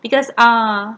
because ah